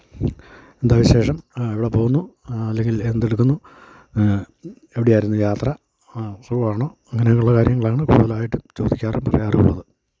എന്താണ് വിശേഷം ആ എവിടെ പോകുന്നു ആ അല്ലെങ്കിൽ എന്ത് എടുക്കുന്നു എവിടെ ആയിരുന്നു യാത്ര ആ സുഖമാണോ അങ്ങനെയുള്ള കാര്യങ്ങളാണ് കൂടുതലായിട്ടും ചോദിക്കാറും പറയറുമുള്ളത്